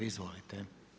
Izvolite.